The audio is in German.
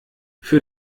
für